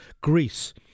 Greece